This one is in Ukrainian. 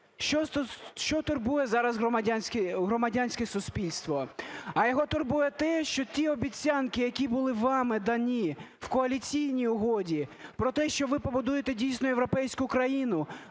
що турбує зараз громадянське суспільство? А його турбує те, що ті обіцянки, які були вами дані в коаліційній угоді, про те, що ви побудуєте дійсно європейську країну,